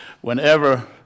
whenever